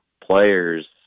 players